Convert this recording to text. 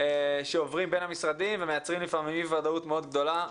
שעוברים בין המשרדים ומייצרים לפעמים אי ודאות מאוד גדולה.